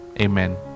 Amen